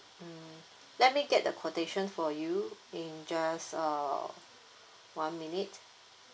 mm let me get the quotation for you in just uh one minute